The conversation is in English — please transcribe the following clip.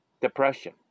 depression